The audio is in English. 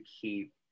keep